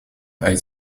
uit